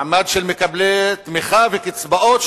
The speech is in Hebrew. מעמד של מקבלי תמיכה וקצבאות,